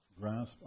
grasp